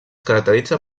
caracteritza